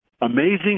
Amazing